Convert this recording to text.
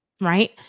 right